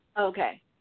Okay